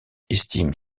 estime